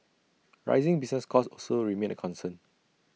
rising business costs also remain A concern